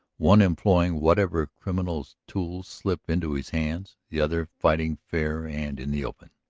one employing whatever criminal's tools slip into his hands, the other fighting fair and in the open.